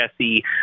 Jesse